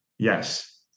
Yes